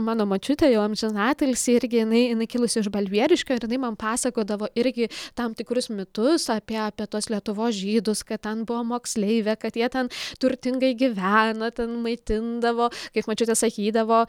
mano močiutė jau amžinatilsį irgi jinai jinai kilusi iš balbieriškio ir jinai man pasakodavo irgi tam tikrus mitus apie apie tuos lietuvos žydus kad ten buvo moksleivė kad jie ten turtingai gyveno ten maitindavo kaip močiutė sakydavo